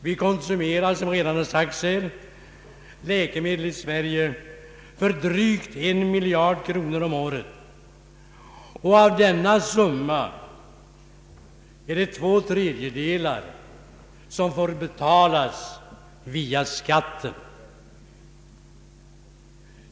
Vi konsumerar, som redan här sagts, läkemedel i Sverige för drygt en miljard kronor om året, och av denna summa betalas två tredjedelar via skatten.